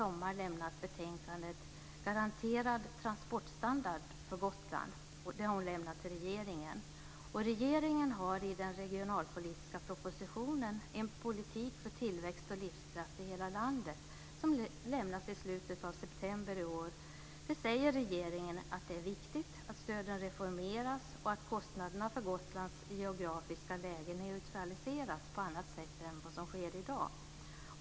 Garanterad transportstandard för Gotland till regeringen. I den regionalpolitiska propositionen En politik för tillväxt och livskraft i hela landet, som lämnades i slutet av september i år, säger regeringen att det är viktigt att stöden reformeras och att kostnaderna för Gotlands geografiska läge neutraliseras på annat sätt än vad som sker i dag.